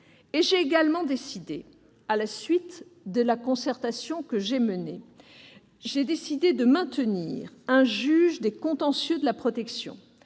J'ai également décidé, à la suite de la concertation que j'ai menée, de maintenir un juge des contentieux de la protection,